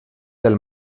del